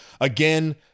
Again